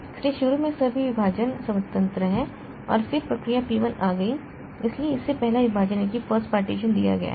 इसलिए शुरू में सभी विभाजन स्वतंत्र हैं और फिर प्रक्रिया P 1 आ गई इसलिए इसे पहला विभाजन दिया गया है